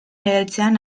heltzean